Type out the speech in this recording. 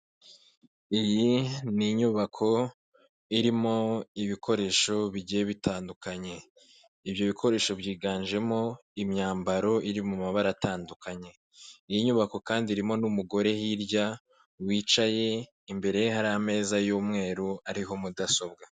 Iyi ni inyubako irimo ibikoresho bigiye bitandukanye. Ibyo bikoresho byiganjemo imyambaro iri mu mabara atandukanye, iyi nyubako kandi irimo n'umugore hirya wicaye imbere ye hari ameza y'umweru ariho mudasobwa.